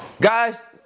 Guys